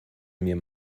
mir